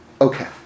Okay